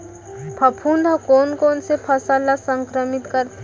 फफूंद ह कोन कोन से फसल ल संक्रमित करथे?